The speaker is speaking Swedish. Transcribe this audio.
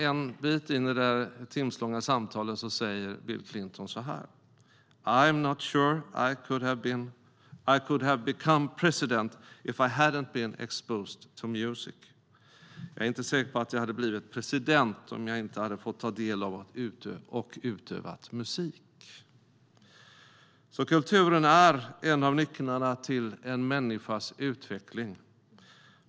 En bit in i det timslånga samtalet säger Bill Clinton så här: I'm not sure I could have become president if I hadn't been exposed to music. Jag är inte säker på att jag hade blivit president om jag inte hade fått ta del av och utöva musik. Kulturen är alltså en av nycklarna till en människas utveckling.